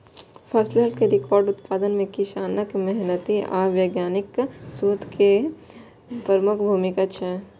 फसलक रिकॉर्ड उत्पादन मे किसानक मेहनति आ वैज्ञानिकक शोध केर प्रमुख भूमिका छै